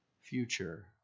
future